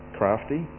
crafty